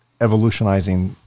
evolutionizing